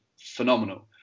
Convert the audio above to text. phenomenal